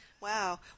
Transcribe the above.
Wow